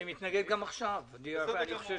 אני מתנגד גם עכשיו, אני חושב